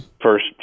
first